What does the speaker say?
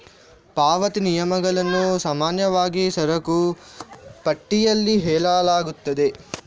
ಪಾವತಿ ನಿಯಮಗಳನ್ನು ಸಾಮಾನ್ಯವಾಗಿ ಸರಕು ಪಟ್ಟಿಯಲ್ಲಿ ಹೇಳಲಾಗುತ್ತದೆ